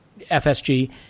fsg